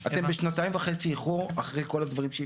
אתם בשנתיים וחצי איחור אחרי כל הדברים שהבטחתם.